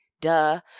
Duh